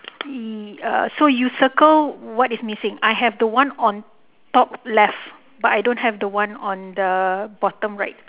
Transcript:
err so you circle what is missing I have the one on top left but I don't have the one on the bottom right